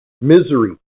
Misery